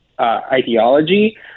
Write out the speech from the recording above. ideology